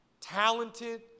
talented